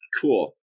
cool